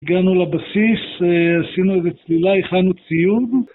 הגענו לבסיס, עשינו איזה צלילה, הכנו ציוד.